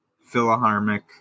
Philharmonic